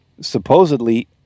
supposedly